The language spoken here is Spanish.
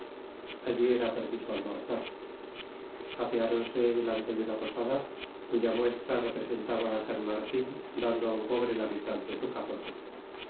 era preciso almorzar apeáronse delante de una posada cuya muestra representaba á san martin dando á un pobre la mitad de su capote se